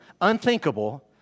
unthinkable